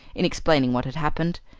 in explaining what had happened,